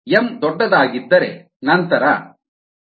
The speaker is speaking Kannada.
M ದೊಡ್ಡದಾಗಿದ್ದರೆ O2 ರಂತೆ ನಂತರ 1Kx1kx